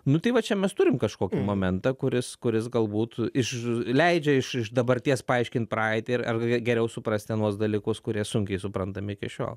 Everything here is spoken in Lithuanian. nu tai va čia mes turim kažkokį momentą kuris kuris galbūt iš leidžia iš iš dabarties paaiškint praeitį ir ar geriau suprasti anuos dalykus kurie sunkiai suprantami iki šiol